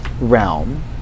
realm